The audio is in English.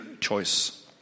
choice